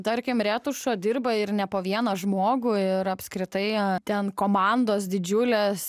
tarkim retušo dirba ir ne po vieną žmogų ir apskritai ten komandos didžiulės